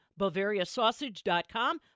BavariaSausage.com